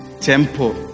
temple